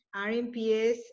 RMPS